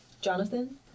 Jonathan